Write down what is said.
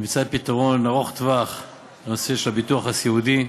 על מציאת פתרון ארוך-טווח לנושא הביטוח הסיעודי,